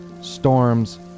Storms